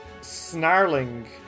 snarling